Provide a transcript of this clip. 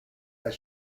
that